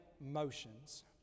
motions